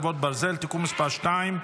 חרבות ברזל) (תיקון מס' 2),